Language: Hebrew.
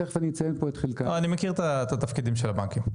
תיכף אני אציין פה את חלקם --- אני מכיר את התפקידים של הבנקים.